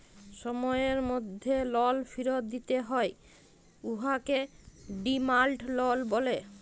সময়ের মধ্যে লল ফিরত দিতে হ্যয় উয়াকে ডিমাল্ড লল ব্যলে